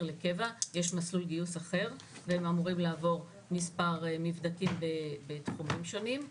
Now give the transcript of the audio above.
לקבע יש מסלול גיוס אחר והם אמורים לעבור מספר מבדקים בתחומים שונים.